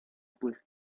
pues